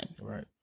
Right